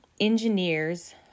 engineers